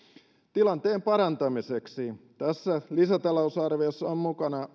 tilanteen parantamiseksi tässä lisätalousarviossa on mukana